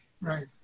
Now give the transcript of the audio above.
Right